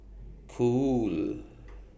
Cool